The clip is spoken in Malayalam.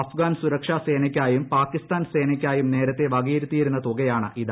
അഫ്ഗാൻസുരക്ഷാ സേനയ്ക്കായും പാക്കിസ്ഥാൻ സേനയ്ക്കായും നേരത്തെ വകയിരുത്തിയിരുന്ന തുകയാണിത്